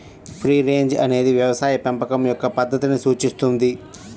free range అనేది వ్యవసాయ పెంపకం యొక్క పద్ధతిని సూచిస్తుంది